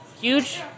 huge